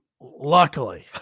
Luckily